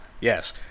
Yes